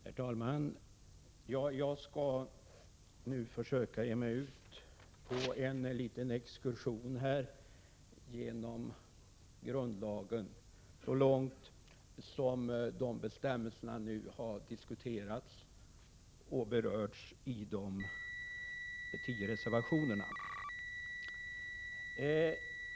Herr talman! Jag skall nu försöka ge mig ut på en liten exkursion genom grundlagen så långt som bestämmelserna i den har berörts i de tio reservationerna.